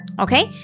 Okay